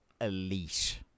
elite